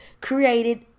created